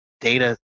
data